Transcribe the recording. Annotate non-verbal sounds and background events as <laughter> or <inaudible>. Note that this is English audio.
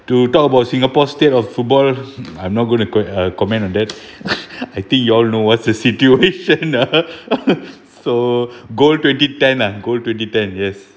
to talk about singapore state of football I'm not gonna quite uh comment on that <noise> I think you all know what's the situation <laughs> so goal twenty ten lah goal twenty ten yes